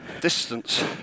distance